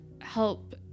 help